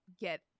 get